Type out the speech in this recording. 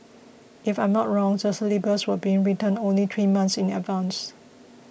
if I'm not wrong the syllabus was being written only three months in advance